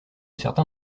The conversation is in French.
certains